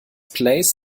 plays